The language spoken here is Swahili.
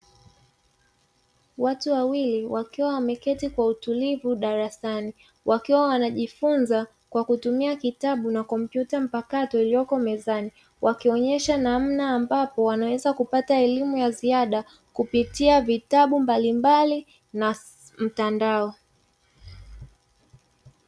Watu wawili wakiwa wameketi kwa utulivu darasani wakiwa wanajifunza kwa kutumia kitabu na kompyuta mpakato iliyoko mezani, wakionesha namna ambapo wanaweza kupata elimu ya ziada kupitia vitabu mbalimbali na mtandao.